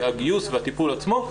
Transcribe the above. הגיוס והטיפול עצמו,